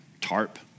tarp